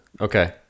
okay